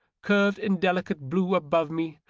curved in delicate blue above me,